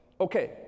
Okay